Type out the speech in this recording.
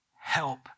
help